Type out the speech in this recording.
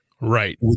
Right